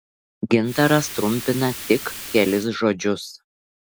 gintaras trumpina tik kelis žodžius